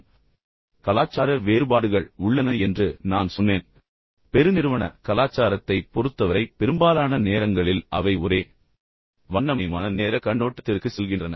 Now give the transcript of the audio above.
பின்னர் கலாச்சார வேறுபாடுகள் உள்ளன என்று நான் சொன்னேன் ஆனால் பெருநிறுவன கலாச்சாரத்தைப் பொறுத்தவரை பெரும்பாலான நேரங்களில் அவை ஒரே வண்ணமயமான நேரக் கண்ணோட்டத்திற்கு செல்கின்றன